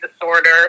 disorder